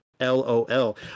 LOL